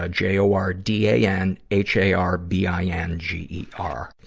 ah j o r d a n h a r b i n g e r.